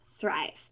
thrive